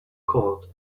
called